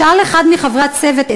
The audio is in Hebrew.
שאל אחד מחברי הצוות,